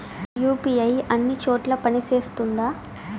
UPI అన్ని చోట్ల పని సేస్తుందా?